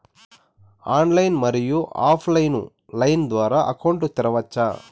Online, మరియు offline line ద్వారా అకౌంట్ తెరవచ్చా?